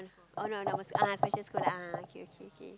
oh no no that was special school ah okay okay okay